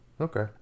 Okay